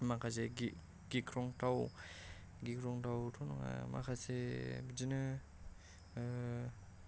माखासे गिख्रंथाव गिख्रंथावथ' नङा माखासे बिदिनो